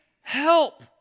help